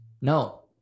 No